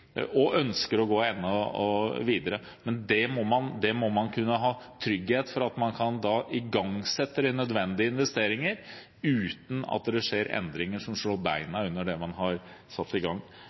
og ønsker å gå enda videre. Men da må man ha trygghet for at man kan igangsette de nødvendige investeringene uten at det skjer endringer som slår bena under det man har satt i gang.